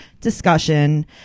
Discussion